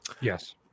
Yes